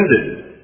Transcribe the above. ended